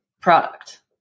product